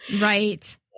right